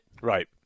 Right